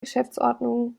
geschäftsordnung